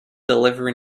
delivery